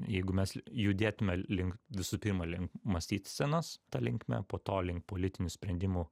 jeigu mes judėtume link visų pirma link mąstytsenos ta linkme po to link politinių sprendimų